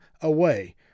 away